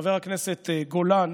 חבר הכנסת גולן